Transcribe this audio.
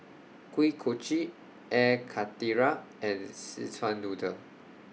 Kuih Kochi Air Karthira and Szechuan Noodle